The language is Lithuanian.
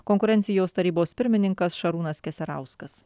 konkurencijos tarybos pirmininkas šarūnas keserauskas